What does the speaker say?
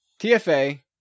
TFA